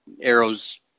arrows